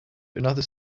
another